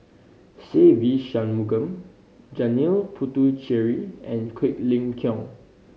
Se Ve Shanmugam Janil Puthucheary and Quek Ling Kiong